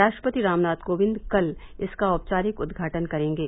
राष्ट्रपति रामनाथ कोविंद कल इसका औपचारिक उदघाटन करेंगे